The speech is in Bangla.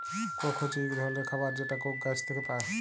কোক হছে ইক ধরলের খাবার যেটা কোক গাহাচ থ্যাইকে পায়